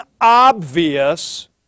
obvious